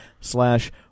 slash